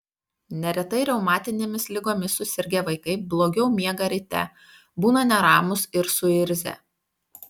neretai reumatinėmis ligomis susirgę vaikai blogiau miega ryte būna neramūs ir suirzę